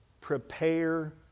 prepare